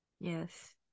Yes